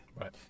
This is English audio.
Right